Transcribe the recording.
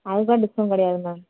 அதுக்கெலாம் டிஸ்கவுண்ட் கிடையாது மேம்